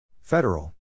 Federal